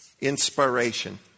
inspiration